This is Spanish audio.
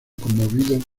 conmovido